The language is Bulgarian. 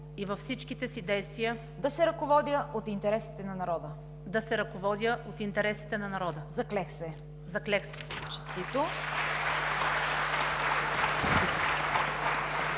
и във всичките си действия да се ръководя от интересите на народа. Заклех се!“